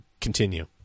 continue